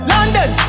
London